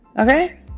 Okay